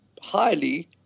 highly